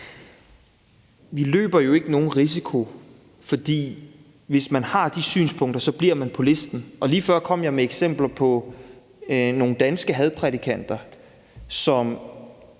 Vi løber jo ikke nogen risiko, for hvis man har de synspunkter, bliver man på listen. Lige før kom jeg med eksempler på nogle danske hadprædikanter –